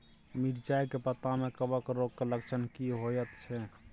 मिर्चाय के पत्ता में कवक रोग के लक्षण की होयत छै?